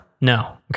No